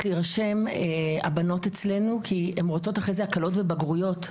להירשם כי הן רוצות אחר כך הקלות בבגרויות.